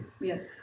Yes